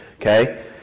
Okay